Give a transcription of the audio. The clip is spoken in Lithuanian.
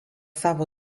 savo